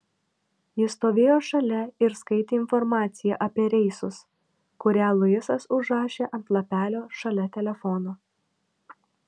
ji stovėjo šalia ir skaitė informaciją apie reisus kurią luisas užrašė ant lapelio šalia telefono